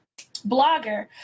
blogger